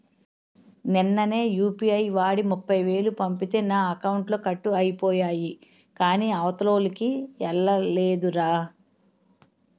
నిన్ననే యూ.పి.ఐ వాడి ముప్ఫైవేలు పంపితే నా అకౌంట్లో కట్ అయిపోయాయి కాని అవతలోల్లకి ఎల్లలేదురా